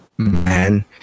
Man